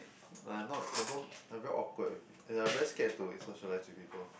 like I'm not I don't I'm very awkward with pe~ and I very scared to socialize with people